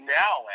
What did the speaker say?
now